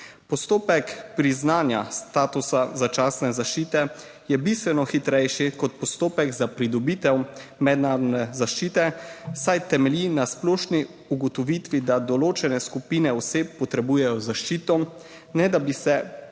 Postopek priznanja statusa začasne zaščite je bistveno hitrejši kot postopek za pridobitev mednarodne zaščite, saj temelji na splošni ugotovitvi, da določene skupine oseb potrebujejo zaščito, ne da bi se presojali